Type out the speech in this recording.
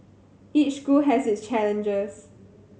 each school has its challenges